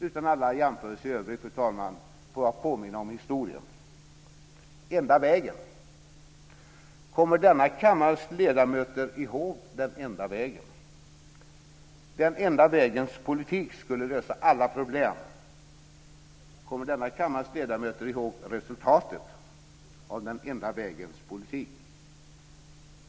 Utan alla jämförelser i övrigt, fru talman, får jag påminna om historien. Kommer denna kammares ledamöter ihåg den enda vägen? Den enda vägens politik skulle lösa alla problem. Kommer denna kammares ledamöter ihåg resultatet av den enda vägens politik?